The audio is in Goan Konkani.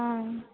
आं